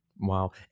Wow